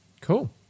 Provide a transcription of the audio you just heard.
Cool